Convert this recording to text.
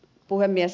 puhemies